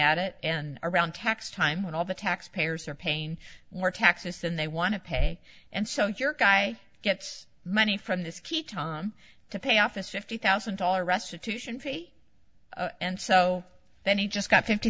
at it and around tax time when all the taxpayers are paying more taxes than they want to pay and so your guy gets money from this key tom to pay off this fifty thousand dollars restitution tree and so then he just got fifty